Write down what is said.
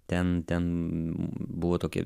ten ten buvo tokia